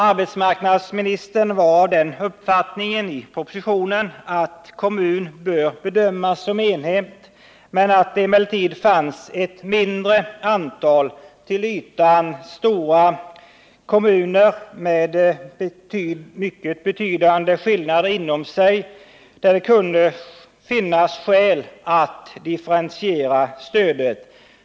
Arbetsmarknadsministern är enligt propositionen av den uppfattningen att kommun bör bedömas som en enhet men att det finns ett mindre antal till ytan stora kommuner med mycket betydande skillnader inom sig, där det kan finnas skäl att differentiera stödet.